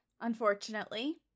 unfortunately